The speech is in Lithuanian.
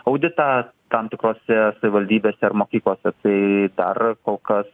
auditą tam tikrose savivaldybėse ar mokyklose tai dar kol kas